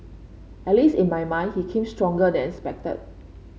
at least in my mind he came out stronger than expected